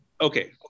okay